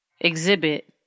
exhibit